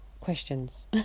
questions